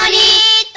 um e